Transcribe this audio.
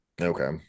Okay